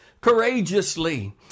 courageously